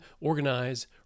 organize